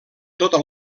tota